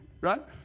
right